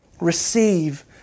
Receive